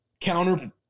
counter